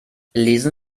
lesen